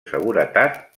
seguretat